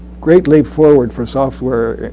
great leap forward for software.